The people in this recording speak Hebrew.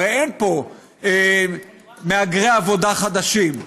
הרי אין פה מהגרי עבודה חדשים,